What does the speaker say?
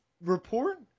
report